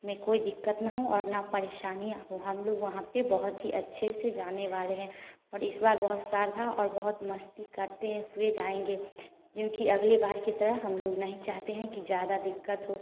में कोई दिक्कत ना हो ना कोई परेशानी हो वहाँ पर बहुत ही अच्छे से जानने वाले हैं और इस बार बहुत श्रद्धा और बहुत मस्ती करते हुए जाएंगे क्योंकि अगली बार की तरह हम लोग नहीं चाहते हैं कि ज्यादा दिक्कत हो